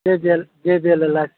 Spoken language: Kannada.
K G L A G L ಎಲ್ಲ ಹಾಕ್ಸಿ